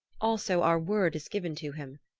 also our word is given to him.